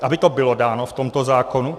Aby to bylo dáno v tomto zákonu.